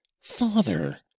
father